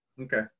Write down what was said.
Okay